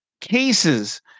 cases